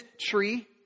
tree